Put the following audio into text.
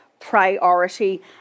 priority